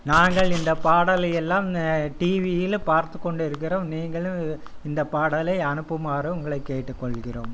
நாங்கள் இந்தப் பாடலை எல்லாம் டிவியில் பார்த்துக்கொண்டு இருக்கிறோம் நீங்களும் இந்தப் பாடலை அனுப்புமாறு உங்களைக் கேட்டுக்கொள்கிறோம்